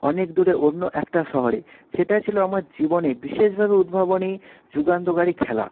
অনেক দূরে অন্য একটা শহরে সেটা ছিল আমার জীবনে বিশেষভাবে উদ্ভাবনী যুগান্তকারী খেলা